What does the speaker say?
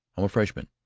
i'm a freshman.